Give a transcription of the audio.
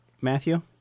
Matthew